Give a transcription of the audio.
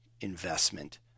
investment